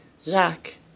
Zach